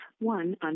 one